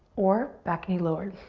or back knee lowered.